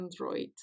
Android